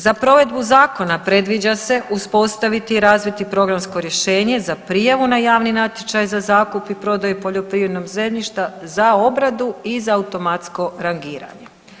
Za provedbu zakona predviđa se uspostaviti i razviti programsko rješenje za prijavu na javni natječaj za zakup i prodaju poljoprivrednog zemljišta, za obradu i za automatsko rangiranje.